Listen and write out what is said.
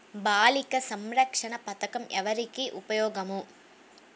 బాలిక సంరక్షణ పథకం ఎవరికి ఉపయోగము?